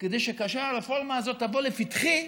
כדי שכאשר הרפורמה הזאת תבוא לפתחי,